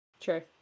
sure